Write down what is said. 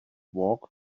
walk